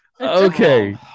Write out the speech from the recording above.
Okay